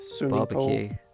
Barbecue